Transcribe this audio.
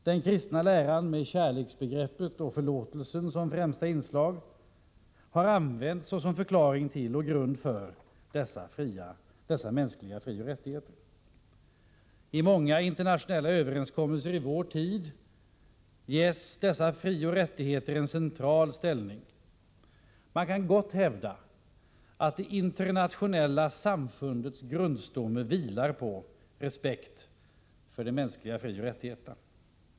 Den kristna läran, med kärleksbegrep pet och förlåtelsen som främsta inslag, har använts som förklaring till och grund för mänskliga frioch rättigheter. I många internationella överenskommelser i vår tid ges dessa frioch rättigheter en central ställning. Man kan gott hävda att det internationella samfundets grundstomme vilar på respekt för de mänskliga frioch rättigheterna.